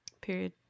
Period